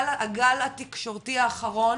הגל התקשורתי האחרון